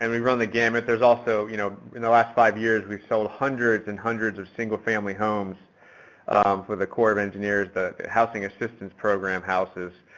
and we run the gamut, there's also you know in the last five years we've sold hundreds and hundreds of single-family homes for the corps of engineers, the housing assistance program houses.